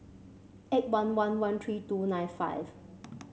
eight one one one three two nine five